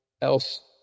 else